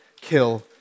kill